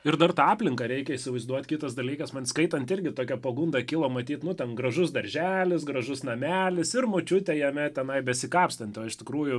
ir dar tą aplinką reikia įsivaizduot kitas dalykas man skaitant irgi tokia pagunda kilo matyt nu ten gražus darželis gražus namelis ir močiutė jame tenai besikapstanti o iš tikrųjų